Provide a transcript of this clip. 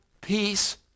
peace